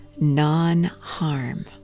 non-harm